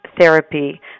therapy